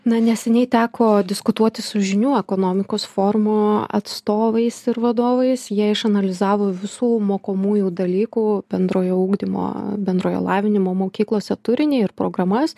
na neseniai teko diskutuoti su žinių ekonomikos forumo atstovais ir vadovais jie išanalizavo visų mokomųjų dalykų bendrojo ugdymo bendrojo lavinimo mokyklose turinį ir programas